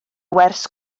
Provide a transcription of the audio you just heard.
wers